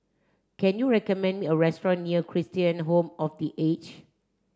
can you recommend me a restaurant near Christian Home of The Age